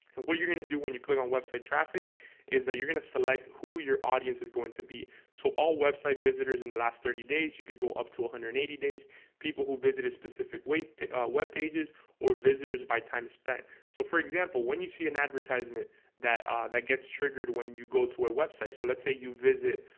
and what you're gonna do when you click on website traffic is that you're gonna select who your audience is going to be so all website visitors in the last thirty days you could go up to one hundred and eighty days people who visit a specific wave web pages or visitors buy time spent so for example when you see an advertisement that that gets triggered when you go to a website, so let's say you visit